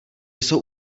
jsou